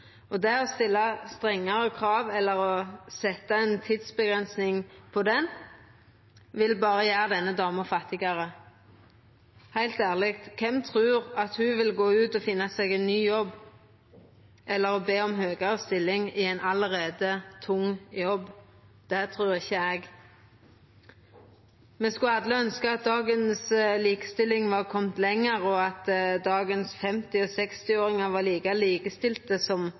og det å stilla strengare krav eller å setja ei tidsavgrensing på ytinga vil berre gjera denne dama fattigare. Heilt ærleg, kven trur at ho vil gå ut og finna seg ein ny jobb eller be om ei høgare stilling i ein allereie tung jobb? Det trur ikkje eg. Me skulle alle ønskja at dagens likestilling var komen lenger, og at dagens 50- og 60-åringar var like likestilte som